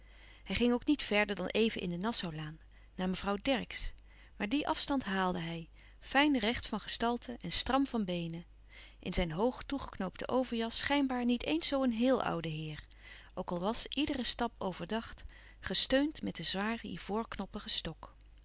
hij ging ook niet verder dan even in de nassaulaan naar mevrouw dercksz maar dien afstand louis couperus van oude menschen de dingen die voorbij gaan haalde hij fijn recht van gestalte en stram van beenen in zijn hoog toegeknoopte overjas schijnbaar niet eens zoo een heel ouden heer ook al was iedere stap overdacht gesteund met den zwaren ivoorknoppigen stok